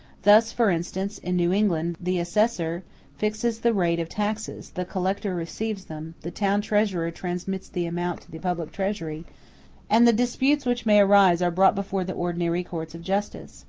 thus, for instance, in new england, the assessor fixes the rate of taxes the collector receives them the town-treasurer transmits the amount to the public treasury and the disputes which may arise are brought before the ordinary courts of justice.